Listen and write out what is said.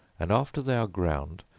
and after they are ground,